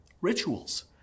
rituals